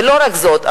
ולא רק זאת,